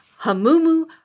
Hamumu